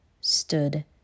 stood